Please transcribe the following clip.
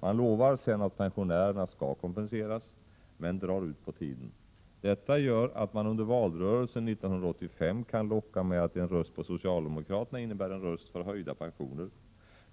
Man lovar vidare att pensionärerna skall kompenseras, men drar ut på tiden. Detta gör att man under valrörelsen 1985 kan locka med att en röst på socialdemokraterna innebär en röst för höjda pensioner.